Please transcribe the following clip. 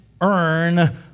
earn